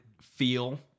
feel